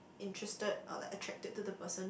interested or like attracted to the person